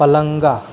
पलङ्ग